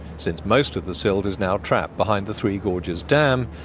since most of the silt is now trapped behind the three gorges dam,